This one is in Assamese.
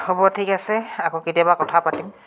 হ'ব ঠিক আছে আকৌ কেতিয়াবা কথা পাতিম